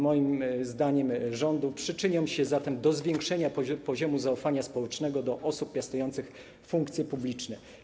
Moim zdaniem regulacje rządu przyczynią się zatem do zwiększenia poziomu zaufania społecznego do osób piastujących funkcje publiczne.